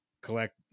collect